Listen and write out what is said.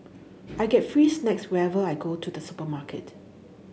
I get free snacks whenever I go to the supermarket